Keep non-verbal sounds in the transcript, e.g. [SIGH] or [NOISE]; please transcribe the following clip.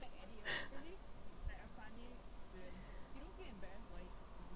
[LAUGHS]